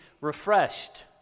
refreshed